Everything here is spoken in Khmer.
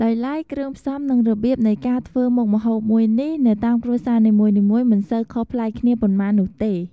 ដោយឡែក គ្រឿងផ្សំនិងរបៀបនៃការធ្វើមុខម្ហូបមួយនេះនៅតាមគ្រួសារនីមួយៗមិនសូវខុសប្លែកគ្នាប៉ុន្មាននោះទេ។